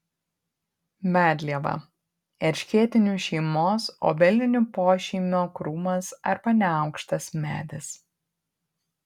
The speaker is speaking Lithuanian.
medlieva erškėtinių šeimos obelinių pošeimio krūmas arba neaukštas medis